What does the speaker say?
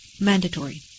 mandatory